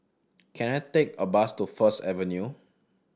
can I take a bus to First Avenue